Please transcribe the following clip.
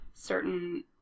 certain